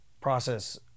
process